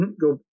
go